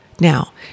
Now